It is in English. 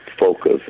focus